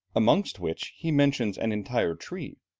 amongst which he mentions an entire tree,